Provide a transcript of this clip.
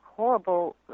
horrible